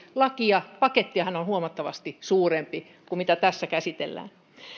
lakia pakettihan on huomattavasti suurempi kuin mitä tässä käsitellään